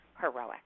heroic